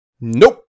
Nope